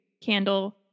candle